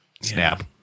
snap